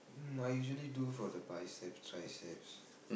I usually do for the biceps triceps